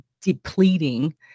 depleting